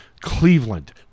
Cleveland